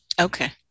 Okay